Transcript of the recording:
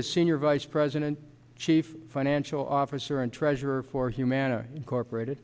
is senior vice president chief financial officer and treasurer for humana incorporated